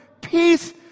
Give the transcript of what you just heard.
peace